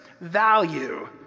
value